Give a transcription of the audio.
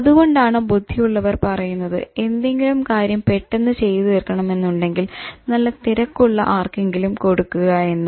അതുകൊണ്ടാണ് ബുദ്ധി ഉള്ളവർ പറയുന്നത് എന്തെങ്കിലും കാര്യം പെട്ടെന്ന് ചെയ്ത് തീർക്കണമെന്നുണ്ടെകിൽ നല്ല തിരക്കുള്ള ആർക്കെങ്കിലും കൊടുക്കുക എന്ന്